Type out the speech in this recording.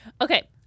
Okay